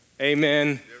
Amen